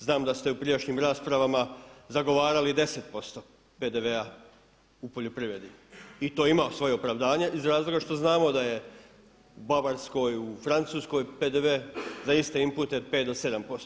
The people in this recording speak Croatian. Znam da ste u prijašnjim raspravama zagovarali 10% PDV-a u poljoprivredi i to ima svoje opravdanje iz razloga što znamo da je u Bavarskoj, u Francuskoj PDV za iste inpute 5 do 7%